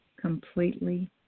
Completely